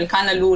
חלקן עלו,